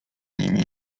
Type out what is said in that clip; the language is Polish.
nimi